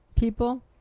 People